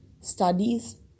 Studies